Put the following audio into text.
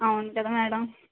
అవును కదా మేడం